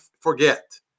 forget